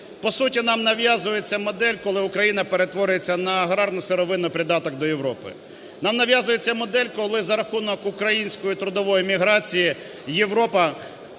По суті нам нав'язується модель, коли Україна перетворюється на аграрно-сировинний придаток до Європи. Нам нав'язується модель, коли за рахунок української трудової міграції Європа,